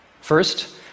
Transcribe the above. First